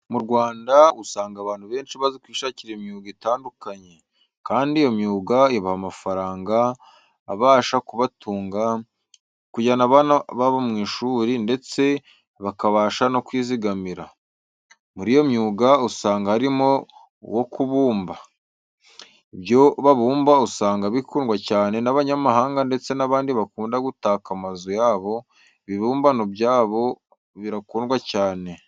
Mu Rwanda usanga abantu benshi bazi kwishakira imyuga itandukanye, kandi iyo myuga ibaha amafaranga abasha kubatunga, kujyana abana babo mu ishuri, ndetse bakabasha no kwizigamira. Muri iyo myuga usanga harimo uwo kubumba. Ibyo babumba usanga bikundwa cyane n'abanyamahanga ndetse n'abandi bakunda gutaka amazu yabo. Ibibumbano byabo birakundwa cyane.